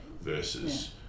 Versus